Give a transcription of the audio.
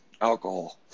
alcohol